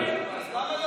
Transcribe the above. זה ניצול,